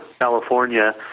California